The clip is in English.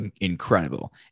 incredible